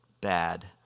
bad